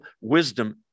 wisdom